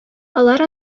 алар